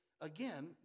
again